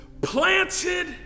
Planted